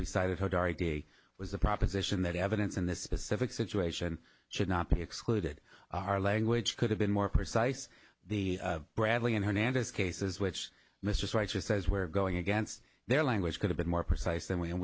we cited had our day was the proposition that evidence and the specific situation should not be excluded our language could have been more precise the bradley and hernandez cases which mr striker says were going against their language could have been more precise than we and